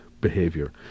behavior